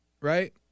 right